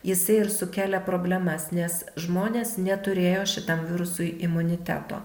jisai ir sukelia problemas nes žmonės neturėjo šitam virusui imuniteto